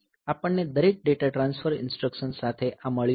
આપણને દરેક data transfer instruction સાથે આ મળ્યું છે